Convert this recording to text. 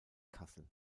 kassel